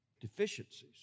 deficiencies